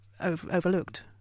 overlooked